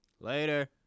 later